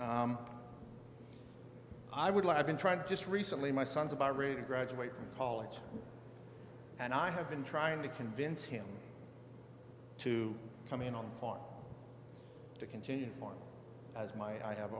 e i would like i've been trying to just recently my son's about ready to graduate from college and i have been trying to convince him to come in on the farm to continue as my i have